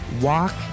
walk